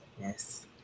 Yes